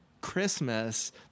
Christmas